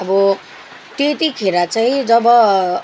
अब त्यतिखेर चाहिँ जब